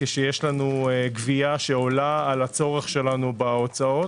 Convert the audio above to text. כשיש לנו גבייה שעולה על הצורך שלנו בהוצאות,